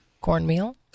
Cornmeal